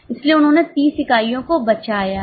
इसलिए उन्होंने 30 इकाइयों को बचाया है